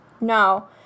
No